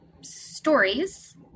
stories